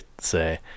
say